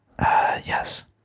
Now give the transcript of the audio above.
yes